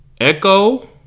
echo